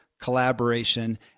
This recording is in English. Collaboration